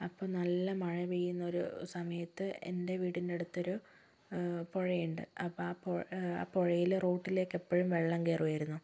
അപ്പം നല്ല മഴ പെയ്യുന്നൊരു സമയത്ത് എൻ്റെ വീടിൻ്റടുത്തൊരു പുഴ ഉണ്ട് അപ്പോൾ ആ പൊ പുഴയിൽ റോട്ടിലേക്കെപ്പോഴും വെള്ളം കയറുവായിരുന്നു